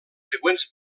següents